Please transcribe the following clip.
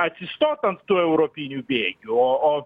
atsistot ant tų europinių bėgių o